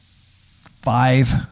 Five